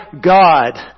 God